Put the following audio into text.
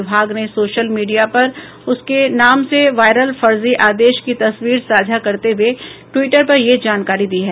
विभाग ने social media पर उसके नाम से वायरल फर्जी आदेश की तस्वीर साझा करते हुये ट्विटर पर यह जानकारी दी है